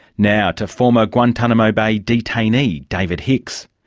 now, to former guantanamo bay detainee david hicks.